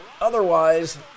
otherwise